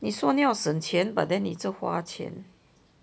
你说你要省钱 but then 你一直花钱